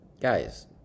guys